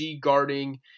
guarding